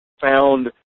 found